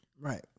Right